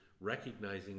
recognizing